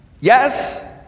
yes